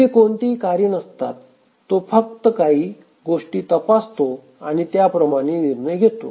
इथे कोणतेही कार्य नसतात तो फक्त काही गोष्टी तपासतो आणि त्याप्रमाणे निर्णय घेतो